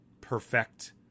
perfect